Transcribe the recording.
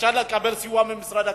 אפשר לקבל סיוע ממשרד הקליטה.